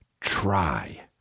Try